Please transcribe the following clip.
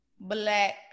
Black